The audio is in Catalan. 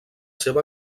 seva